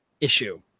issue